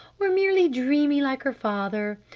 or merely dreamy like her father!